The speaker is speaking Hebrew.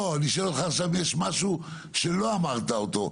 יש משהו שלא אמרת אותו,